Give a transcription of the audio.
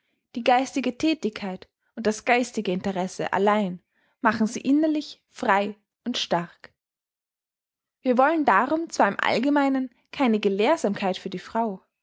die geistige thätigkeit und das geistige interesse allein machen sie innerlich frei und stark wir wollen darum zwar im allgemeinen keine gelehrsamkeit für die frau